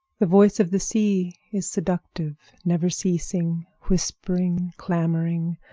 the voice of the sea is seductive never ceasing, whispering, clamoring,